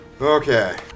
Okay